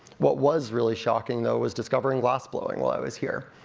what was really shocking, though, was discovering glassblowing while i was here.